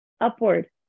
upward